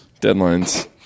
Deadlines